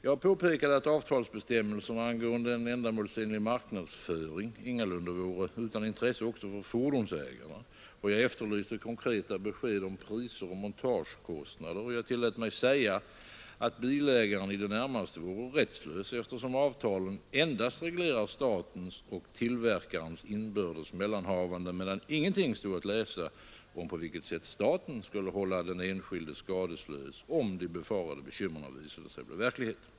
Jag påpekade att avtalsbestämmelserna angående ändamålsenlig marknadsföring ingalunda vore utan intresse också för fordonsägarna. Jag efterlyste konkreta besked om priser och montagekostnader, och jag tillät mig säga att bilägaren i det närmaste vore rättslös, eftersom avtalet endast reglerar statens och tillverkarens inbördes mellanhavanden, medan ingenting stod att läsa om på vilket sätt staten skulle hålla den enskilde skadeslös, om de befarade bekymren visade sig bli verklighet.